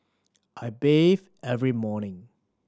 I bathe every morning